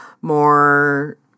more